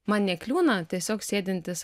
man nekliūna tiesiog sėdintis